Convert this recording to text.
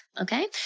Okay